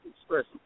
expressing